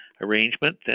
arrangement